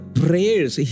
prayers